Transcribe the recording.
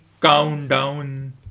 Countdown